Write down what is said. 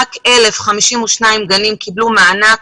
מתוך אלפים רק 1,052 גנים קיבלו מענק